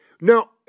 Now